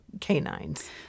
canines